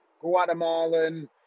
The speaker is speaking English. Guatemalan